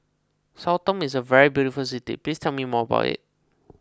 Sao Tome is a very beautiful city please tell me more about it